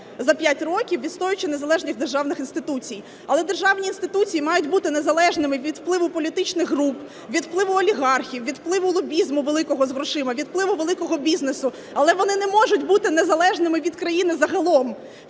за п'ять років, відстоюючи незалежність державних інституцій. Але державні інституції мають бути незалежними від впливу політичних груп, від впливу олігархів, від впливу лобізму великого з грошима, від впливу великого бізнесу, але вони не можуть бути незалежними від країни загалом.